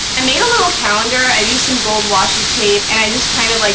i made a little calendar. i used some gold washi tape, and i just kind of. like